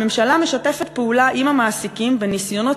הממשלה משתפת פעולה עם המעסיקים בניסיונות